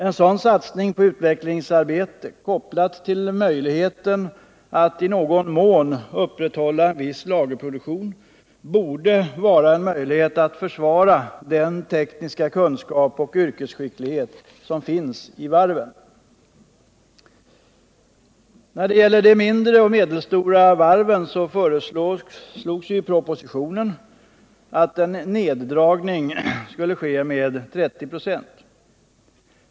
En sådan satsning på utvecklingsarbete kopplad till möjligheten att upprätthålla en viss lagerproduktion borde kunna vara en möjlighet att försvara den tekniska kunskap och yrkesskicklighet som finns inom varven. När det gäller de mindre och medelstora varven föreslås i propositionen att en neddragning skall ske med 30 96.